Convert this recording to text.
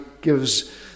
gives